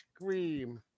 scream